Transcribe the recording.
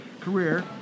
career